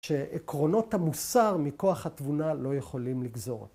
‫שעקרונות המוסר מכוח התבונה ‫לא יכולים לגזור אותן.